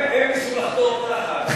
הם ניסו לחתור תחת,